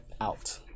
out